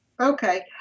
Okay